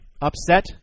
upset